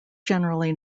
generally